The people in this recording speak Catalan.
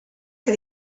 que